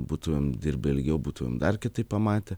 būtumėm dirbę ilgiau būtumėm dar kitaip pamatę